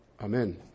Amen